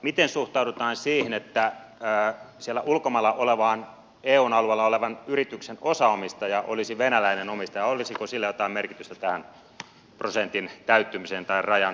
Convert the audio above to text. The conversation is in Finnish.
miten suhtaudutaan siihen että siellä ulkomailla olevan eun alueella olevan yrityksen osaomistaja olisi venäläinen omistaja olisiko sillä jotain merkitystä tähän prosentin täyttymiseen tai rajan tulkintaan